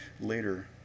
later